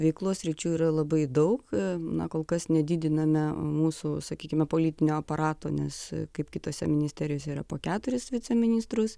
veiklos sričių yra labai daug na kol kas nedidiname mūsų sakykime politinio aparato nes kaip kitose ministerijose yra po keturis viceministrus